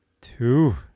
Two